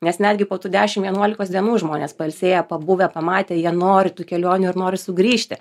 nes netgi po tų dešimt vienuolikos dienų žmonės pailsėję pabuvę pamatę jie nori tų kelionių ir nori sugrįžti